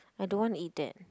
I don't want eat that